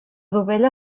dovella